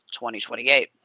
2028